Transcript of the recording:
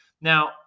Now